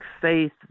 faith